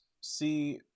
See